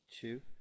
two